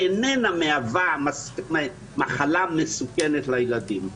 איננה מהווה מחלה מסוכנת לילדים.